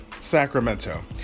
Sacramento